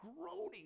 groaning